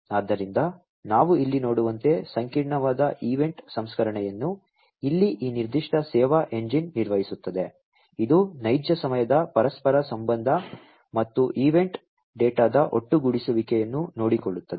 ಆದ್ದರಿಂದ ನಾವು ಇಲ್ಲಿ ನೋಡುವಂತೆ ಸಂಕೀರ್ಣವಾದ ಈವೆಂಟ್ ಸಂಸ್ಕರಣೆಯನ್ನು ಇಲ್ಲಿ ಈ ನಿರ್ದಿಷ್ಟ ಸೇವಾ ಎಂಜಿನ್ ನಿರ್ವಹಿಸುತ್ತದೆ ಇದು ನೈಜ ಸಮಯದ ಪರಸ್ಪರ ಸಂಬಂಧ ಮತ್ತು ಈವೆಂಟ್ ಡೇಟಾದ ಒಟ್ಟುಗೂಡಿಸುವಿಕೆಯನ್ನು ನೋಡಿಕೊಳ್ಳುತ್ತದೆ